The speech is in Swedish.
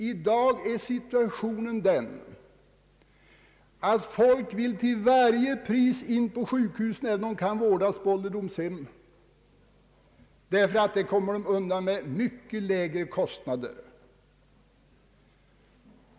I dag är situationen den att folk till varje pris vill in på sjukhus, även när de kan vårdas på ålderdomshem, därför att de på sjukhusen kommer undan med mycket lägre kostnader.